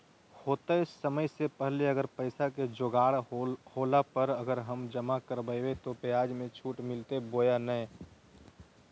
होतय समय से पहले अगर पैसा के जोगाड़ होला पर, अगर हम जमा करबय तो, ब्याज मे छुट मिलते बोया नय?